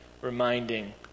reminding